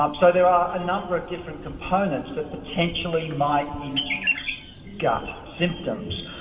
um so there are a number of different components that potentially might induce gut symptoms.